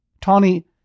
Tawny